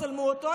צלמו אותו,